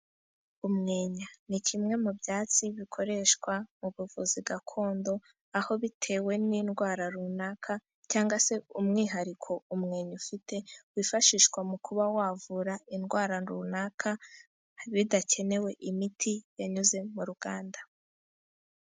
Umwenya ni kimwe mu byatsi bikoreshwa mu buvuzi gakondo, aho bitewe n'indwara runaka cyangwa se umwihariko umwenya ufite wifashishwa mu kuba wavura indwara runaka bidakenewe imiti yanyuze mu ruganda.